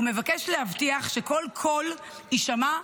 ומבקש להבטיח שכל קול יישמע,